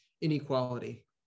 inequality